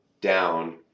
down